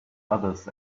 others